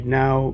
now